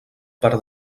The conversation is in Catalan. per